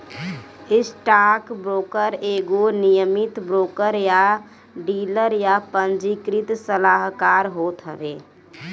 stockbroker एगो नियमित broker या डीलर या पंजीकृत सलाहकार होत हवे